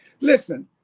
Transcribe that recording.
listen